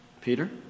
Peter